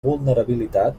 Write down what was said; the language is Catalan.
vulnerabilitat